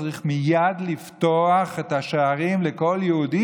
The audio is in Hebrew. צריך מייד לפתוח את השערים לכל יהודי,